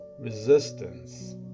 resistance